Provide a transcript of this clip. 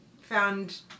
found